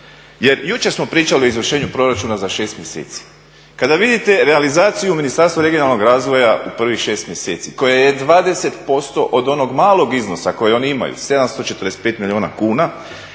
Jer jučer smo pričali o izvršenju proračuna za 6 mjeseci. Kada vidite realizaciju Ministarstva regionalnog razvoja u prvih 6 mjeseci, koje je 20% od onog malog iznosa koji oni imaju, 745 milijuna kuna,